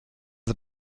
sie